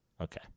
Okay